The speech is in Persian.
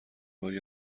باری